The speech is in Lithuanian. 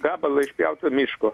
gabalą išpjauto miško